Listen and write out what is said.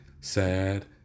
sad